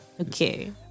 Okay